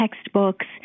textbooks